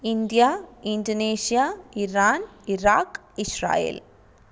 India Indonesia Iran Iraq Israel